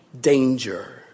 Danger